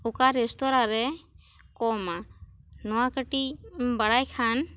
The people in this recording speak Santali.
ᱚᱠᱟ ᱨᱮᱥᱛᱟᱨᱟ ᱨᱮ ᱠᱚᱢᱟ ᱱᱚᱣᱟ ᱠᱟᱹᱴᱤᱡ ᱵᱟᱲᱟᱭ ᱠᱷᱟᱱ